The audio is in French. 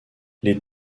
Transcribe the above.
les